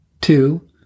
Two